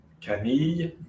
Camille